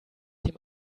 dem